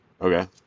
okay